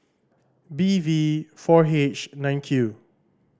B V four H nine Q